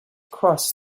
cross